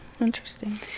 interesting